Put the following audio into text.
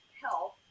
health